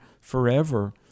forever